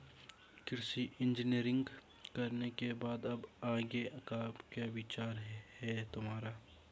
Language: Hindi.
कृषि इंजीनियरिंग करने के बाद अब आगे का क्या विचार है तुम्हारा?